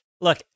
Look